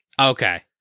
Okay